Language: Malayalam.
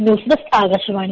news desk Akashvani